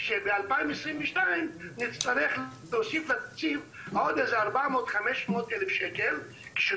לא ידענו שב-2022 נצטרך להוסיף לתקציב עוד 400,000-500,000 ₪.